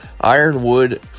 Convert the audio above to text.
Ironwood